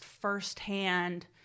firsthand